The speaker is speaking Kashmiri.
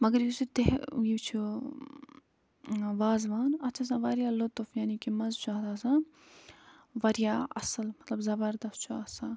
مگر یُس یہِ تہ یہِ چھُ وازٕوان اَتھ چھِ آسان واریاہ لُطُف یعنی کہِ مَزٕ چھُ اَتھ آسان واریاہ اَصٕل مطلب زبردس چھُ آسان